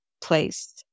place